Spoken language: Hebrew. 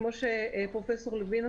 כמו שאמר פרופ' לוין,